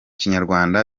kinyarwanda